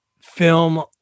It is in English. film